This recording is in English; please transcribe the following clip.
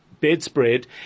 bedspread